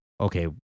okay